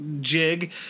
jig